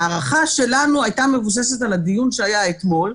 ההערכה שלנו הייתה מבוססת על הדיון שהיה אתמול,